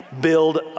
build